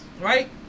right